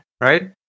Right